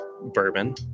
bourbon